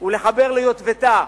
ולחבר ליטבתה,